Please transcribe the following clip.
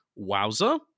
Wowza